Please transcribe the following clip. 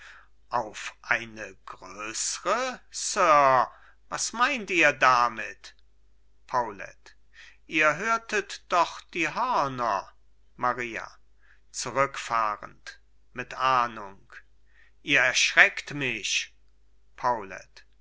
auf eine größre sir was meint ihr damit paulet ihr hörtet doch die hörner maria zurückfahrend mit ahnung ihr erschreckt mich